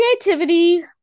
Creativity